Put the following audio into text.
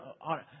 on